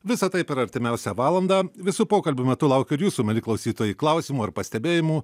visa tai per artimiausią valandą visų pokalbių metu laukiu ir jūsų mieli klausytojai klausimų ir pastebėjimų